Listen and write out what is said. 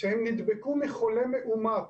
שהם נדבקו מחולה מאומת